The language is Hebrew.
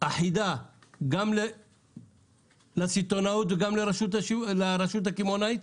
אחידה גם לסיטונאות וגם לרשות הקמעונאית?